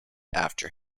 after